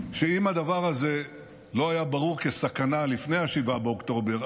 שאם הדבר הזה לא היה ברור כסכנה לפני 7 באוקטובר,